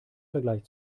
vergleich